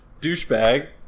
douchebag